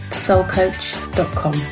soulcoach.com